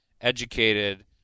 educated